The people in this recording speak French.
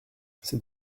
c’est